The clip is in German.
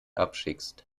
abschickst